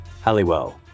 Halliwell